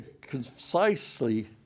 concisely